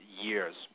years